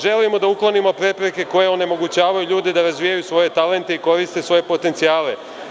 Želimo da uklonimo prepreke koje onemogućavaju ljude da razvijaju svoje talente i koriste svoje potencijale.